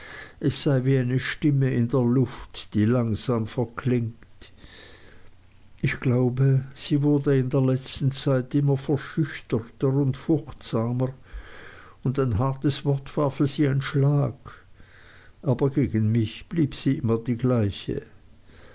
es sei wie eine stimme in der luft die langsam verklingt ich glaube sie wurde in der letzten zeit immer verschüchterter und furchtsamer und ein hartes wort war für sie ein schlag aber gegen mich blieb sie immer die gleiche